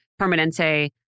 Permanente